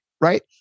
right